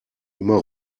immer